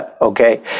okay